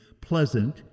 pleasant